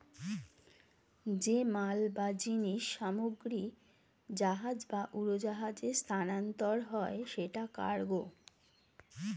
যে মাল বা জিনিস সামগ্রী জাহাজ বা উড়োজাহাজে স্থানান্তর হয় সেটা কার্গো